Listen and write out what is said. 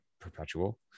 perpetual